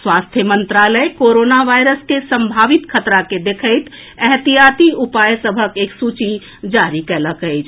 स्वास्थ्य मंत्रालय corona virus के संभावित खतरा के देखैत एहतियाती उपाय सभक एक सूची जारी कएलक अछि